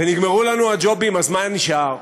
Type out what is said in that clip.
ונגמרו לנו הגו'בים, מה נשאר?